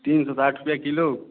तीन सौ साठ रुपया किलो